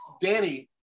Danny